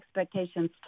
expectations